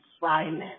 silent